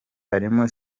harimo